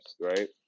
right